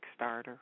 Kickstarter